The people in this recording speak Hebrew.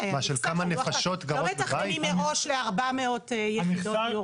--- לא מתכננים מראש ל-400 יחידות דיור.